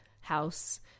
house